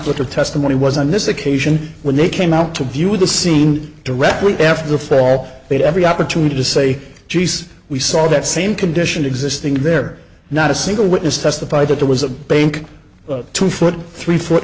the testimony was on this occasion when they came out to view the scene directly after the fall but every opportunity to say jeez we saw that same condition existing there not a single witness testified that there was a bank but two foot three foot